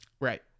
Right